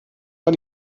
war